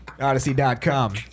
Odyssey.com